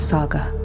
Saga